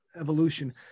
evolution